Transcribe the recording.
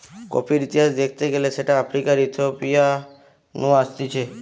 কফির ইতিহাস দ্যাখতে গেলে সেটা আফ্রিকার ইথিওপিয়া নু আসতিছে